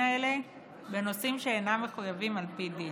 האלה בנושאים שאינם מחויבים על פי דין.